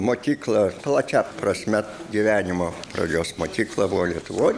mokykla plačia prasme gyvenimo pradžios mokykla buvo lietuvoj